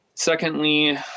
Secondly